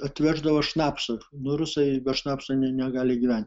atveždavo šnašo nu rusai be šnapso ne negali gyvent